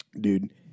dude